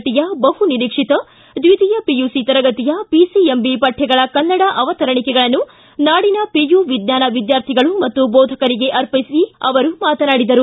ಟಿಯ ಬಹು ನಿರೀಕ್ಷಿತ ದ್ವಿತೀಯ ಪಿಯುಸಿ ತರಗತಿಯ ಪಿಸಿಎಂಬಿ ಪಠ್ವಗಳ ಕನ್ನಡ ಅವತರಣಿಕೆಗಳನ್ನು ನಾಡಿನ ಪಿಯು ವಿಜ್ಞಾನ ವಿದ್ಯಾರ್ಥಿಗಳು ಮತ್ತು ಬೋಧಕರಿಗೆ ಅರ್ಪಿಸಿ ಅವರು ಮಾತನಾಡಿದರು